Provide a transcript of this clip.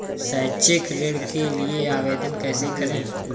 शैक्षिक ऋण के लिए आवेदन कैसे करें?